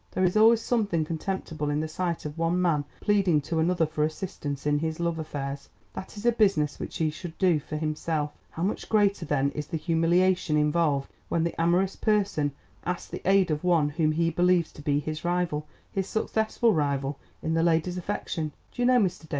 there is always something contemptible in the sight of one man pleading to another for assistance in his love affairs that is a business which he should do for himself. how much greater, then, is the humiliation involved when the amorous person asks the aid of one whom he believes to be his rival his successful rival in the lady's affection? do you know, mr.